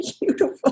beautiful